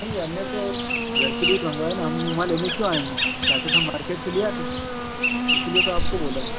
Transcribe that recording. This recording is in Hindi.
नहीं हमने तो घर के लिए मंगवाया है ना हम वहाँ लेने क्यों आएँगे चाहते तो मार्केट से ले आते इसीलिए तो आपको बोला है